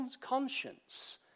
conscience